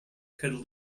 could